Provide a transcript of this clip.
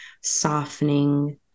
softening